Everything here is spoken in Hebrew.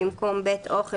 בית אוכל,